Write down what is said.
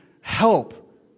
help